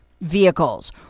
vehicles